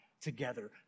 together